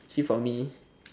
actually for me